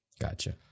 Gotcha